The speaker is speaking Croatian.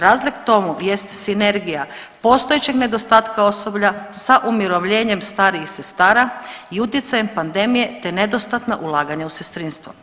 Razlog tomu jest sinergija postojećeg nedostatka osoblja sa umirovljenjem starijih sestara i utjecajem pandemije, te nedostatna ulaganja u sestrinstvo.